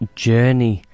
journey